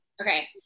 Okay